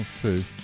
true